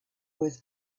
was